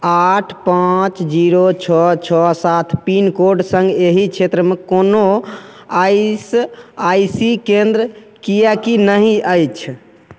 आठ पाँच जीरो छओ छओ सात पिनकोड संग एहि क्षेत्रमे कोनो आई सी आई सी केंद्र किएकि नहि अछि